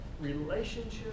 relationship